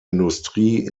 industrie